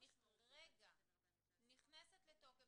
נכנסת לתוקף